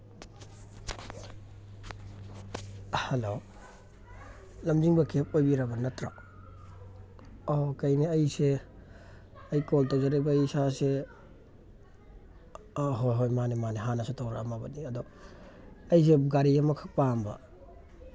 hello ꯂꯝꯖꯤꯡꯕ ꯀꯦꯞ ꯑꯣꯏꯕꯤꯔꯕ ꯅꯠꯇ꯭ꯔꯣ ꯑꯧ ꯀꯩꯅꯦ ꯑꯩꯁꯦ ꯑꯩ ꯀꯣꯜ ꯇꯧꯖꯔꯛꯏꯕ ꯑꯩ ꯏꯁꯥꯁꯦ ꯑꯥ ꯍꯣꯏ ꯍꯣꯏ ꯃꯥꯅꯦ ꯃꯥꯅꯦ ꯍꯥꯟꯅꯁꯨ ꯇꯧꯔꯛꯑꯝꯃꯕꯅꯦ ꯑꯗꯣ ꯑꯩꯁꯦ ꯒꯥꯔꯤ ꯑꯃꯈꯛ ꯄꯥꯝꯕ